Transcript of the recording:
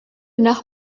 nach